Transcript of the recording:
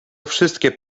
wszystkie